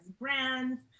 brands